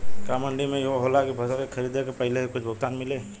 का मंडी में इहो होला की फसल के खरीदे के पहिले ही कुछ भुगतान मिले?